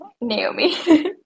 Naomi